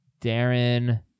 Darren